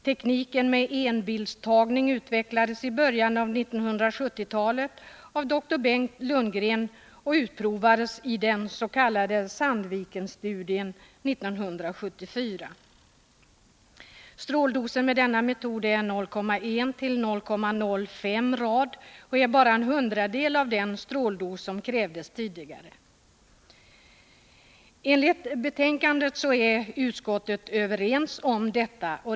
Tekniken med enbildstagning utvecklades i början av 1970-talet av doktor Bengt Lundgren och utprovades iden s.k. Sandvikenstudien 1974. Stråldosen med denna metod är 0,1-0,05 rad, och det är bara en hundradel av den stråldos som krävdes tidigare. Enligt betänkandet är ledamöterna i utskottet överens om detta.